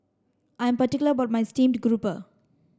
I'm particular about my steamed grouper